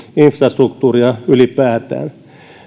infrastruktuuria ylipäätään